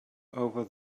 over